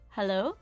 Hello